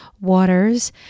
waters